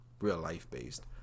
real-life-based